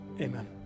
Amen